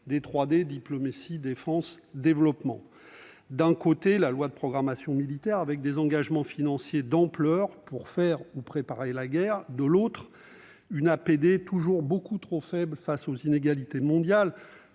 des 3D- diplomatie, défense, développement. D'un côté, la loi de programmation militaire comprend des engagements financiers d'ampleur pour faire ou préparer la guerre ; de l'autre, l'APD est toujours beaucoup trop faible pour lutter contre les inégalités mondiales-